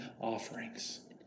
offerings